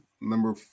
number